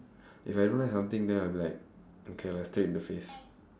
if I don't like something then I'll be like okay lah straight in the face